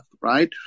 right